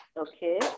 okay